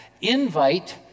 INVITE